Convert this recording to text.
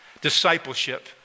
discipleship